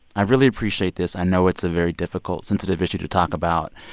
i really appreciate this. i know it's a very difficult, sensitive issue to talk about.